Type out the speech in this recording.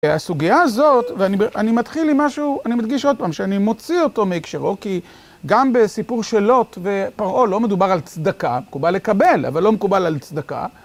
הסוגיה הזאת, ואני מתחיל עם משהו, אני מדגיש עוד פעם שאני מוציא אותו מהקשרו, כי גם בסיפור של לוט ופרעה, לא מדובר על צדקה, מקובל לקבל, אבל לא מקובל על צדקה.